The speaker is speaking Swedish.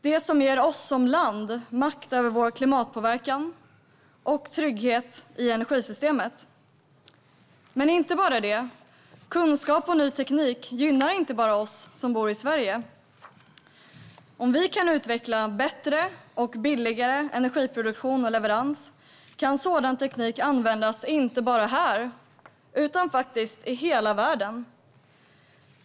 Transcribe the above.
Det ger oss som land makt över vår klimatpåverkan och trygghet i energisystemet, men inte bara det. Kunskap och ny teknik gynnar inte bara oss som bor i Sverige. Om vi kan utveckla bättre och billigare energiproduktion och leverans kan sådan teknik användas inte bara här utan faktiskt i hela världen.